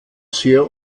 sehr